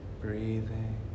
breathing